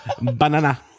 Banana